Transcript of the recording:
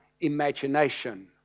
imagination